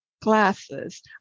classes